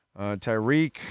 Tyreek